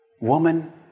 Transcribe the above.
woman